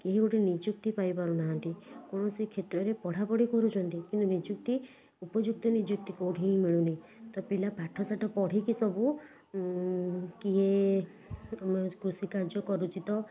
କେହି ଗୋଟେ ନିଯୁକ୍ତି ପାଇ ପାରୁନାହାଁନ୍ତି କୌଣସି କ୍ଷେତ୍ରରେ ପଢ଼ାପଢ଼ି କରୁଛନ୍ତି କିନ୍ତୁ ନିଯୁକ୍ତି ଉପଯୁକ୍ତ ନିଯୁକ୍ତି କେଉଁଠି ହିଁ ମିଳୁନି ତ ପିଲା ପାଠସାଠ ପଢ଼ିକି ସବୁ କିଏଆମର କୃଷିକାର୍ଯ୍ୟ କରୁଛି ତ